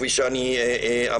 כפי שאני אמרתי,